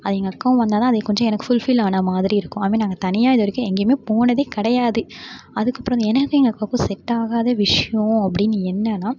அது எங்கள் அக்காவும் வந்தால் தான் அது கொஞ்சம் எனக்கு ஃபுல் ஃபில் ஆன மாதிரி இருக்கும் அதே மாதிரி நாங்கள் தனியாக இது வரைக்கும் எங்கேயுமே போனதே கிடையாது அதுக்கு அப்புறம் எனக்கும் எங்கள் அக்காவுக்கும் செட் ஆகாத விஷயம் அப்படினு என்னன்னா